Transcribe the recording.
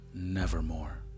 Nevermore